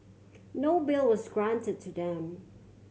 no bail was granted to them